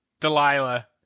Delilah